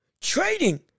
trading